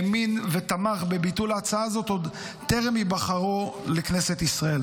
האמין ותמך בביטול ההצעה הזאת עוד טרם היבחרו לכנסת ישראל.